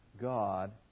God